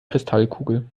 kristallkugel